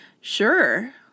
sure